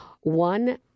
one